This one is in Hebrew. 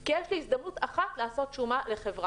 כי יש לי הזדמנות אחת לעשות שומה לחברה.